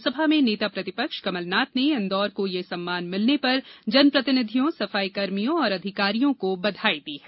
विधानसभा में नेता प्रतिपक्ष कमलनाथ ने इंदौर यह सम्मान मिलने पर जनप्रतिनिधियों सफाईकर्मियों और अधिकारियों को बधाई दी है